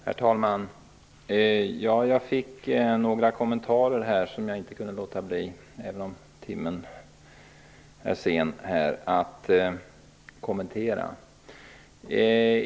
Herr talman! Jag fick några kommentarer som jag inte kan låta bli att besvara, även om timmen är sen.